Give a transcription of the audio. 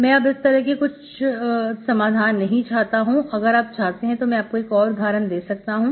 मैं अब इस तरह के तुच्छ समाधान नहीं चाहता हूं अगर आप चाहते हैं तो मैं आपको एक और उदाहरण दे सकता हूं